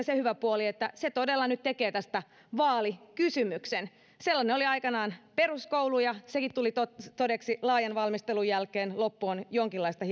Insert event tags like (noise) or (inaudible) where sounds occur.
(unintelligible) se hyvä puoli että se todella nyt tekee tästä vaalikysymyksen sellainen oli aikoinaan peruskoulu ja sekin tuli todeksi laajan valmistelun jälkeen ja loppu on jonkinlaista (unintelligible)